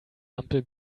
ampel